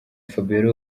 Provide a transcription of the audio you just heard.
fabiola